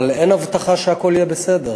אבל אין הבטחה שהכול יהיה בסדר.